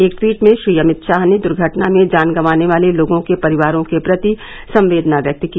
एक ट्वीट में श्री अमित शाह ने दुर्घटना में जान गंवाने वाले लोगों के परिवारों के प्रति संवेदना व्यक्त की